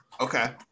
Okay